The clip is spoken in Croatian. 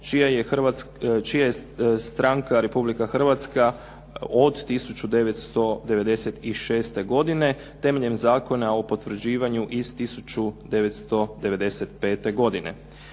čija je stranka Republika Hrvatska od 1996. godine temeljem Zakona o potvrđivanju iz 1995. godine.